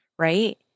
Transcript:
Right